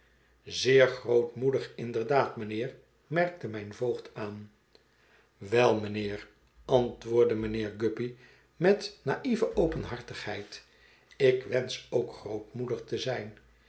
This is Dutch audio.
zeer grootmoedig inderdaad mijnheer merkte mijn voogd aan wel mijnheer antwoordde mijnheer guppy met naïeve openhartigheid ik wensch ook grootmoedig te zijn